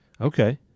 okay